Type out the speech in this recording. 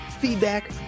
feedback